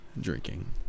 drinking